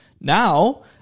now